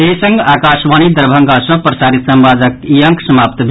एहि संग आकाशवाणी दरभंगा सँ प्रसारित संवादक ई अंक समाप्त भेल